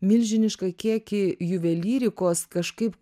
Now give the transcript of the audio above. milžinišką kiekį juvelyrikos kažkaip